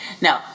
No